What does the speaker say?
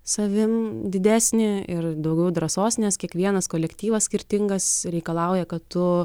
savim didesnį ir daugiau drąsos nes kiekvienas kolektyvas skirtingas reikalauja kad tu